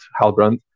Halbrand